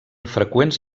freqüents